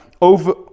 Over